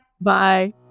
Bye